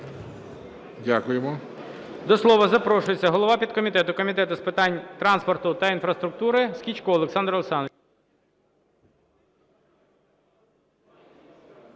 Дякуємо.